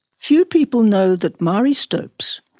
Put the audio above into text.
few people know that marie stopes,